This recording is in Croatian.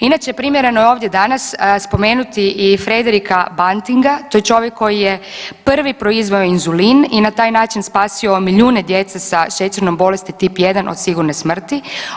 Inače primjereno je ovdje danas spomenuti i Fredericka Bantinga to je čovjek koji je prvi proizveo inzulin i na taj način spasio milijune djece sa šećernom bolesti tip 1 od sigurne smrti.